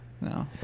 No